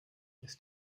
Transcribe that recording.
ist